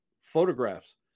photographs